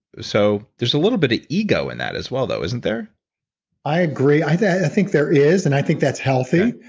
so there's a little bit of ego in that as well, though, isn't there i agree. i think there is and i think that's healthy.